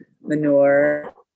manure